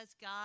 God